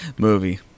movie